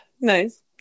Nice